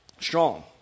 strong